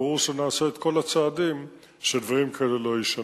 ברור שנעשה את כל הצעדים כדי שדברים כאלה לא יישנו.